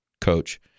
coach